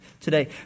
today